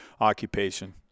occupation